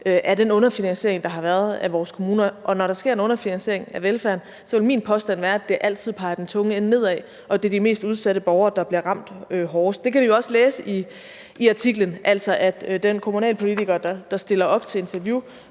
er den underfinansiering, der har været af vores kommuner. Og når der sker en underfinansiering af velfærden, vil min påstand være, at det altid peger den tunge ende nedad, og at det er de mest udsatte borgere, der bliver ramt hårdest. Det kan vi jo også læse i artiklen, altså at den kommunalpolitiker, der stiller op til interview,